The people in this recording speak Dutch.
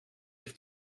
zich